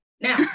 Now